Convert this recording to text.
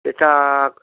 এটা